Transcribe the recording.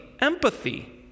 empathy